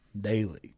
daily